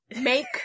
make